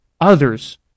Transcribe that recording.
others